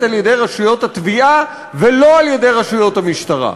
על-ידי רשויות התביעה ולא על-ידי רשויות המשטרה.